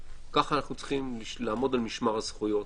ככה אנחנו צריכים לעמוד על משמר הזכויות.